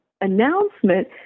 announcement